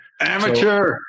Amateur